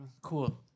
cool